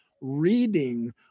reading